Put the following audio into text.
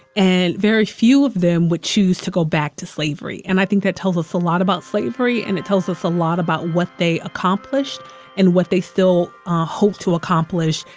and very few of them would choose to go back to slavery. and i think that tells us a lot about slavery and it tells us a lot about what they accomplished and what they still hoped to accomplish,